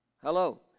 Hello